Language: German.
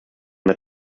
mit